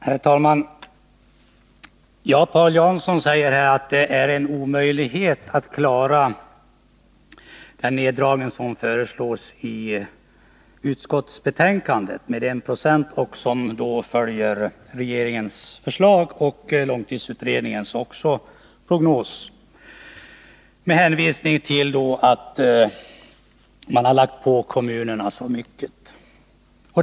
Herr talman! Paul Jansson säger att det är en omöjlighet att klara den neddragning som föreslås i utskottsbetänkandet. Det rör sig om 1 96, vilket äri enlighet med regeringens förslag och långtidsutredningens prognos. Paul Jansson hänvisar då till att man har lagt på kommunerna så många uppgifter.